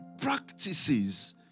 practices